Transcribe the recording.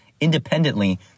independently